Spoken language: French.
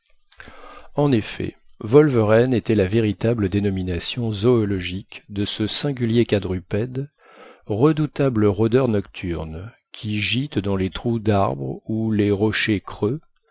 en effet wolverène était la véritable dénomination zoologique de ce singulier quadrupède redoutable rôdeur nocturne qui gîte dans les trous d'arbres ou les rochers creux